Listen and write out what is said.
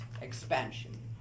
expansion